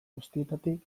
guztietatik